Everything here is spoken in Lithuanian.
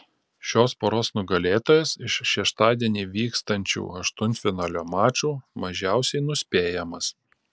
šios poros nugalėtojas iš šeštadienį vykstančių aštuntfinalio mačų mažiausiai nuspėjamas